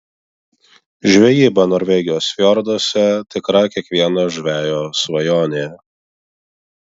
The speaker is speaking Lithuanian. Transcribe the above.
žvejyba norvegijos fjorduose tikra kiekvieno žvejo svajonė